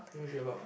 who is it about